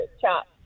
chop